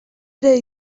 ere